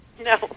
no